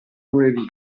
lunedì